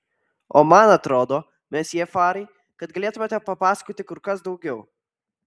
o man atrodo mesjė farai kad galėtumėte papasakoti kur kas daugiau